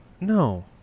no